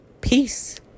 peace